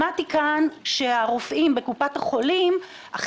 שמעתי כאן שהרופאים בקופת החולים דורשים את